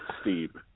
Steve